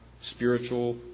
spiritual